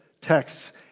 texts